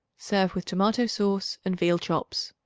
serve with tomato-sauce and veal chops.